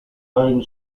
own